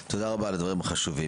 תודה רבה על הדברים החשובים,